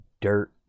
dirt